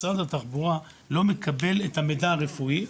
משרד התחבורה לא מקבל את המידע הרפואי,